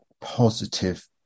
positive